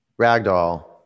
ragdoll